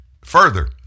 Further